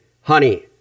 Honey